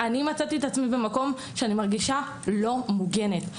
אני מצאתי את עצמי במקום שאני מרגישה לא מוגנת.